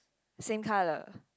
same colour